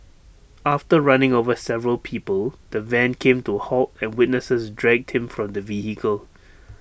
after running over several people the van came to A halt and witnesses dragged him from the vehicle